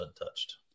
untouched